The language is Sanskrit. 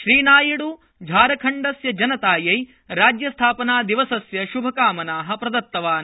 श्रीनायड्र झारखण्डस्य जनतायै राज्यस्थापनादिवसस्य श्भकामनाः प्रदत्तवान्